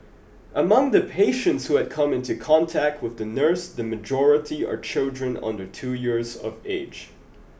among the patients who had come into contact with the nurse the majority are children under two years of age